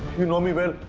you know me well.